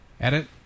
edit